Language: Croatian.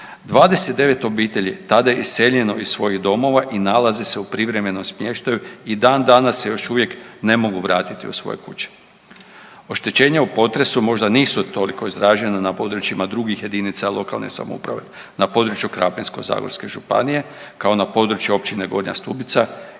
29 obitelji tada je iseljeno iz svojih domova i nalaze se u privremenom smještaju i dan danas se još uvijek ne mogu vratiti u svoje kuće. Oštećenja u potresu možda nisu toliko izražene na područjima drugih jedinica lokalne samouprave na području Krapinsko-zagorske županije kao na području općine Gornja Stubica i naravno